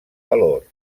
valor